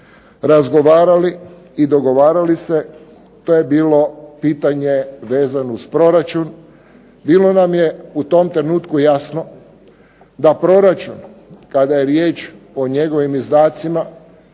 razgovarali i dogovarali se to je bilo pitanje vezano uz proračun. Bilo nam je u tom trenutku jasno da proračun kada je riječ o njegovim izdacima